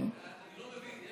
אני לא מבין.